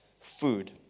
food